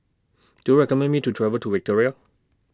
Do YOU recommend Me to travel to Victoria